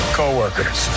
co-workers